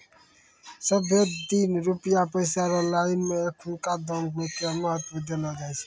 सबहे दिन रुपया पैसा रो लाइन मे एखनुका दाम के महत्व देलो जाय छै